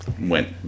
went